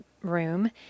room